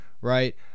right